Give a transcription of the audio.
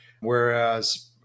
whereas